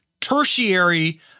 tertiary